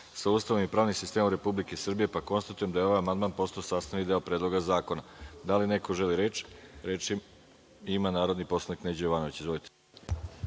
sa Ustavom i pravnim sistemom Republike Srbije. Konstatujem da je ovaj amandman postao sastavni deo Predloga zakona. Da li neko želi reč? Reč ima narodni poslanik Neđo Jovanović. Izvolite.